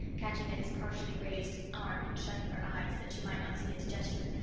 catching at his partially raised arm and shutting her eyes that she might not see his gesture.